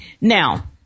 Now